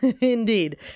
Indeed